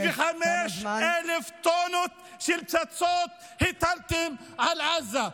65,000 טונות של פצצות הטלתם על עזה.